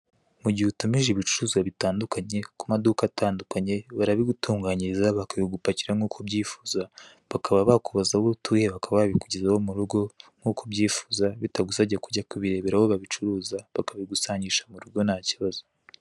Mu gihe utumije ibicvuruzwa bitandukanye ku mamodoka atandukanuye, barabigutunganyiriza bakabigupakirira nk'uko ubyifuza, bakaba bakubaza aho utuye, bakaba babikugezaho mu rugo nk'uko ubyifuza bitagusabye kujya kubirebera aho babicuruza, bakabigusangisha mu rugo nta kibazo.